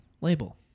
label